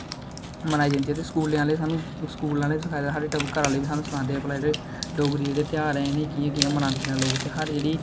सिखाई जंदी ऐ स्कूले आहले स्हानू स्कूल आहले बी ते साढ़े घरे आहले बी स्हानू सिखांदे भला जेहडे़ डोगरी जेहडे़ घ्यार ऐ इनेंगी कियां कियां मनांदे न लोक ते साढ़े जेहड़ी